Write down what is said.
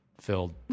filled